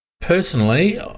Personally